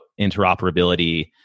interoperability